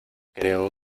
creo